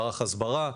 מערך הסברה,